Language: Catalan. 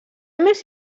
més